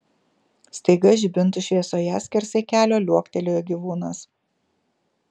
staiga žibintų šviesoje skersai kelio liuoktelėjo gyvūnas